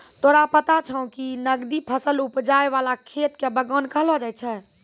तोरा पता छौं कि नकदी फसल उपजाय वाला खेत कॅ बागान कहलो जाय छै